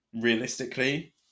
realistically